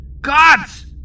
Gods